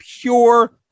pure